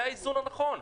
זה האיזון הנכון.